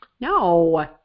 No